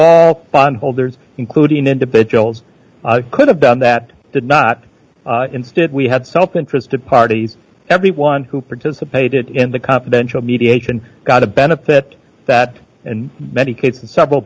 all bondholders including individuals could have done that did not instead we had self interested parties everyone who participated in the confidential mediation got a benefit that and many kids and several